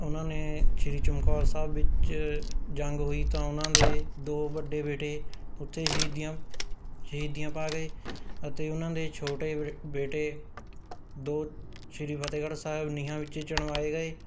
ਉਹਨਾਂ ਨੇ ਸ਼੍ਰੀ ਚਮਕੌਰ ਸਾਹਿਬ ਵਿੱਚ ਜੰਗ ਹੋਈ ਤਾਂ ਉਹਨਾਂ ਦੇ ਦੋ ਵੱਡੇ ਬੇਟੇ ਉੱਥੇ ਸ਼ਹੀਦੀਆਂ ਸ਼ਹੀਦੀਆਂ ਪਾ ਗਏ ਅਤੇ ਉਹਨਾਂ ਦੇ ਛੋਟੇ ਬ ਬੇਟੇ ਦੋ ਸ਼੍ਰੀ ਫਤਿਹਗੜ੍ਹ ਸਾਹਿਬ ਨੀਹਾਂ ਵਿੱਚ ਚਿਣਵਾਏ ਗਏ